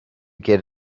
get